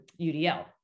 UDL